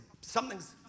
something's